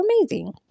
amazing